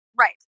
right